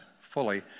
fully